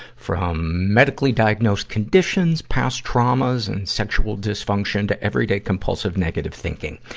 from medically-diagnosed conditions, past traumas and sexual dysfunction, to everyday compulsive negative thinking.